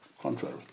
Contrary